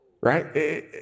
right